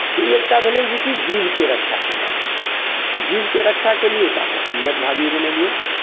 तऽ ई एकटा भेलै जेकि जीवके रक्षा केनाइ तऽ जीवके रक्षा केलियै तऽ अहाँ पुण्यक भागी बनलियै